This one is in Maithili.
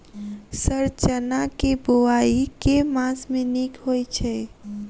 सर चना केँ बोवाई केँ मास मे नीक होइ छैय?